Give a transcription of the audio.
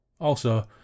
Also